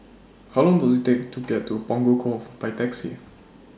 How Long Does IT Take to get to Punggol Cove By Taxi